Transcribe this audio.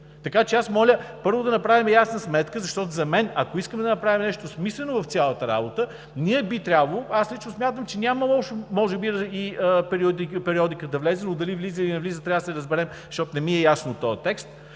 Така че моля първо да направим ясна сметка, защото за мен, ако искаме да направим нещо смислено в цялата работа, би трябвало – аз лично смятам, че няма лошо може би и периодиката да влезе, но дали влиза, или не влиза, трябва да се разбере, защото не ми е ясно от този текст,